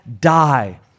die